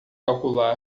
calcular